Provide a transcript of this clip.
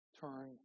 Turn